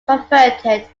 converted